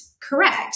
correct